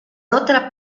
otra